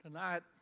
Tonight